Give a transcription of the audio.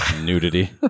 Nudity